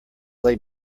lay